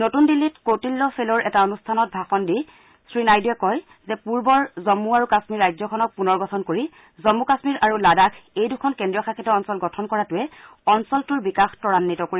নতুন দিল্লীত কৌতিল্য ফেল'ৰ এটা অনূষ্ঠানত ভাষণ দি শ্ৰীনাইডুৱে কয় যে পূৰ্বৰ জম্মু আৰু কাম্মীৰ ৰাজ্যখনক পুনৰগঠন কৰি জম্মু কাশ্মীৰ আৰু লাডাখ এই দুখন কেন্দ্ৰীয় শাসিত অঞ্চল গঠন কৰাই অঞ্চলটোৰ বিকাশ তুৰাগ্বিত কৰিব